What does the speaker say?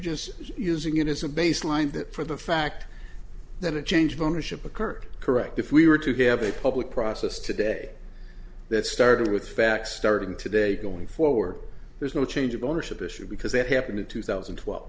just using it as a baseline that for the fact that a change of ownership occurred correct if we were to have a public process today that started with facts starting today going forward there's no change of ownership issue because that happened in two thousand and twelve